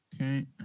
okay